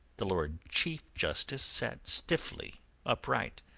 the lord chief justice sat stiffly upright,